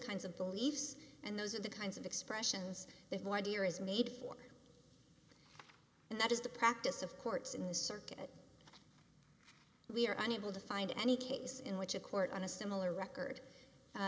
kinds of believes and those are the kinds of expressions that my dear is made for and that is the practice of courts in this circuit we are unable to find any cases in which a court on a similar record